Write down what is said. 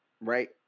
right